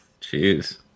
Jeez